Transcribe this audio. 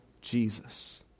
Jesus